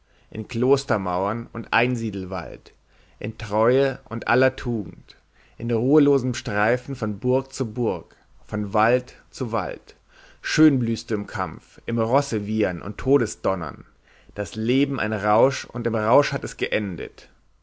in klostermauern und einsiedelwald in treue und aller tugend in ruhelosem streifen von burg zu burg von wald zu wald schön blühst du im kampf im rossewiehern und todesdonnern das leben ein rausch und im rausch es geendet